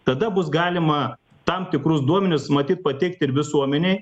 tada bus galima tam tikrus duomenis matyt pateikt ir visuomenei